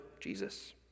Jesus